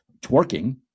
twerking